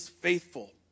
faithful